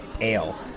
Ale